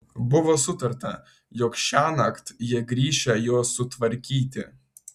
buvo sutarta jog šiąnakt jie grįšią jo sutvarkyti